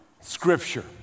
Scripture